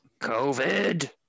COVID